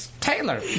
Taylor